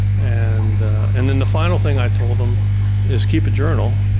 and and then the final thing i told them is keep a journal